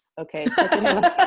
okay